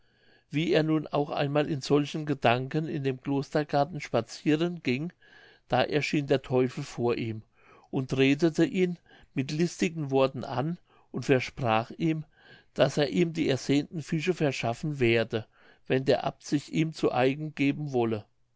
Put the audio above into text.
wie der nun auch einmal in solchen gedanken in dem klostergarten spatzieren ging da erschien der teufel vor ihm und redete ihn mit listigen worten an und versprach ihm daß er ihm die ersehnten fische verschaffen werde wenn der abt sich ihm zu eigen geben wolle